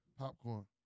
Popcorn